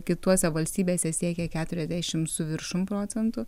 kituose valstybėse siekė keturiasdešim su viršum procentų